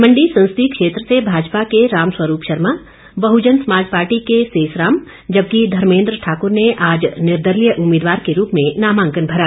मंडी संसदीय क्षेत्र से भाजपा के राम स्वरूप शर्मा बहुजन समाज पार्टी के सेसराम जबकि धर्मेन्द्र ठाकुर ने आज निर्दलीय उम्मीदवार के रूप में नामांकन भरा